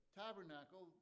tabernacle